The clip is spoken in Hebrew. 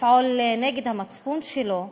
לפעול נגד המצפון שלו,